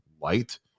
light